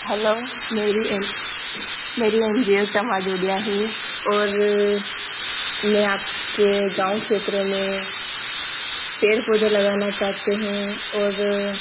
hello मेरी एन मेरी एनजीओ टमा डोडिया है और मैं आपके गाँव क्षेत्र में पेड़ पौधे लगाना चाहते हें और